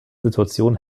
situation